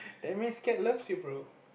that means cat loves you bro